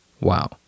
Wow